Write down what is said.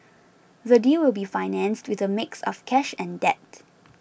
the deal will be financed with a mix of cash and debt